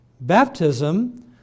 Baptism